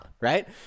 Right